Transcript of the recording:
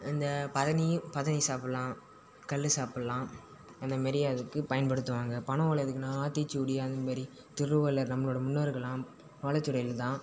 இந்த பதனி பதனி சாப்பிடலாம் கள்ளு சாப்புடலாம் அந்த மாரி அதுக்கு பயன்படுத்துவாங்க பனை ஓலை எதுக்குன்னா ஆத்தீச்சூடி அந்த மாதிரி திருவலர் நம்மளோட முன்னோர்களாம் ஓலைச்சுவடில தான்